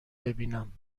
ببینم